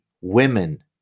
women